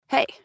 Hey